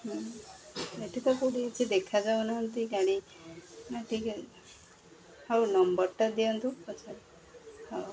ଏଠି ତ କୋଉଠି କିଛି ଦେଖାଯାଉନାହାନ୍ତି ଗାଡ଼ି ଟିକେ ହଉ ନମ୍ବରଟା ଦିଅନ୍ତୁ ପଛେ ହଉ